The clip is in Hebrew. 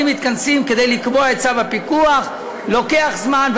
מתכנסים כדי לקבוע את צו הפיקוח עובר זמן.